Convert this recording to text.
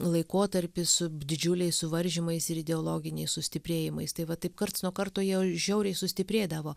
laikotarpis su didžiuliais suvaržymais ir ideologiniais sustiprėjimais tai va taip karts nuo karto jie žiauriai sustiprėdavo